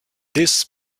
this